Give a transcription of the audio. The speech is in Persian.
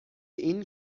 این